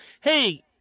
Hey